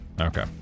Okay